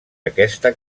aquesta